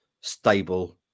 stable